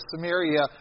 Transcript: Samaria